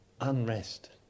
unrest